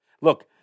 Look